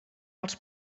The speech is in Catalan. els